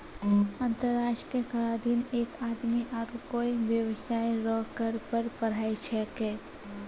अंतर्राष्ट्रीय कराधीन एक आदमी आरू कोय बेबसाय रो कर पर पढ़ाय छैकै